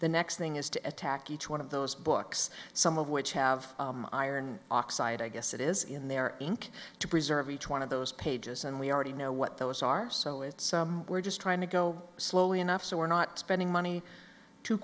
the next thing is to attack each one of those books some of which have iron oxide i guess it is in their ink to preserve each one of those pages and we already know what those are so it's we're just trying to go slowly enough so we're not spending money too